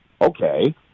okay